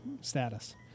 status